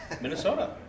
Minnesota